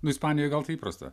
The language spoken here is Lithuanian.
nu ispanijoj gal tai įprasta